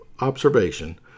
observation